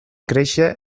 créixer